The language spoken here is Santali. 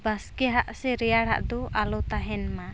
ᱵᱟᱥᱠᱮᱜᱼᱟ ᱥᱮ ᱨᱮᱭᱟᱲᱟᱜ ᱫᱚ ᱟᱞᱚ ᱛᱟᱦᱮᱱ ᱢᱟ